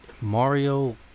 Mario